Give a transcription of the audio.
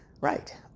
right